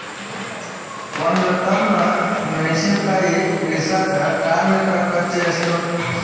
ಒಂದ್ ಟನ್ ಮೆಣಿಸಿನಕಾಯಿ ಇಳಸಾಕ್ ಕಾರ್ಮಿಕರ ಖರ್ಚು ಎಷ್ಟು?